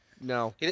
No